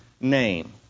name